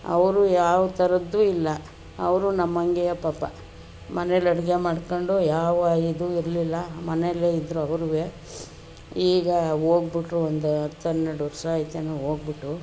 ಅವರು ಯಾವ ಥರದ್ದು ಇಲ್ಲ ಅವರು ನಮ್ಮಂಗೆಯ ಪಾಪ ಮನೆಯಲ್ ಅಡುಗೆ ಮಾಡ್ಕೊಂಡು ಯಾವ ಇದು ಇರಲಿಲ್ಲ ಮನೇಲೆ ಇದ್ದರು ಅವ್ರು ಈಗ ಹೋಗ್ಬಿಟ್ರು ಒಂದು ಹತ್ತು ಹನ್ನೆರಡು ವರ್ಷ ಆಯ್ತೆನೋ ಹೋಗ್ಬಿಟ್ಟು